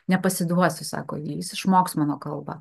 nepasiduosiu sako ji jis išmoks mano kalbą